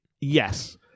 yes